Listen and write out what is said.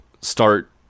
start